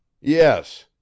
Yes